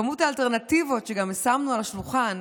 כמות האלטרנטיבות שגם שמנו על השולחן,